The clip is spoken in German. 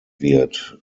wird